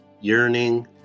yearning